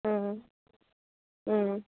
Om Om